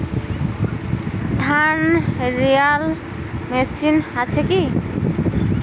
ধান রোয়ার মেশিন আছে কি?